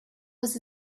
was